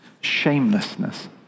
Shamelessness